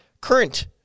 current